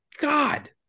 God